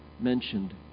mentioned